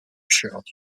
shot